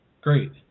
Great